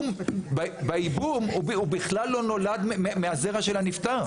בייבום הוא בכלל לא נולד מהזרע של הנפטר.